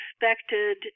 expected